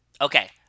Okay